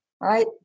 Right